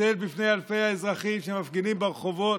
להתנצל בפני אלפי האזרחים שמפגינים ברחובות,